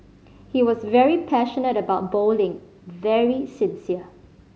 he was very passionate about bowling very sincere